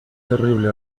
terrible